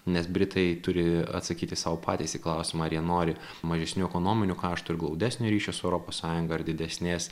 nes britai turi atsakyti sau patys į klausimą ar jie nori mažesnių ekonominių kaštų ir glaudesnio ryšio su europos sąjunga ar didesnės